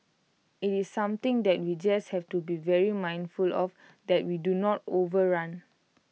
IT is something that we just have to be very mindful of that we do not overrun